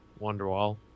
Wonderwall